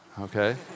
okay